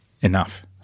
enough